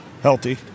healthy